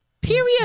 Period